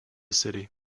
city